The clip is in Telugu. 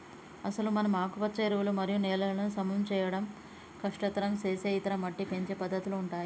అసలు మనం ఆకుపచ్చ ఎరువులు మరియు నేలలను సమం చేయడం కష్టతరం సేసే ఇతర మట్టి పెంచే పద్దతుల ఉంటాయి